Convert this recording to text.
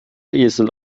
esel